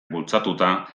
bultzatuta